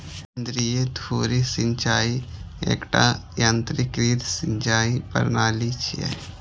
केंद्रीय धुरी सिंचाइ एकटा यंत्रीकृत सिंचाइ प्रणाली छियै